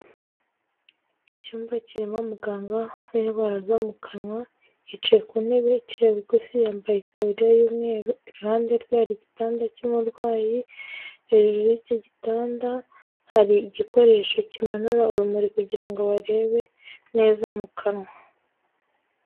Icyumba kirimo umuganga w'indwara zo mu kanwa, yicaye ku ntebe iciye bugufi yambaye itaburiya y'umweru, iruhande rwe hari igitanda cy'umurwayi, hejuru y'icyo gitanda hari igikoresho kimanura urumuri kugira ngo barebe neza mu kanwa.